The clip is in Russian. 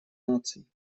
наций